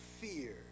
fear